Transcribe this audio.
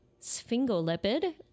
sphingolipid